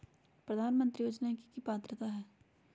प्रधानमंत्री योजना के की की पात्रता है?